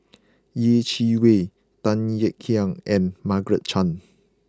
Yeh Chi Wei Tan Kek Hiang and Margaret Chan